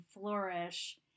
flourish